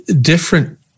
Different